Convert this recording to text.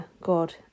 God